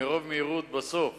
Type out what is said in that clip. מרוב מהירות בסוף